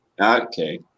Okay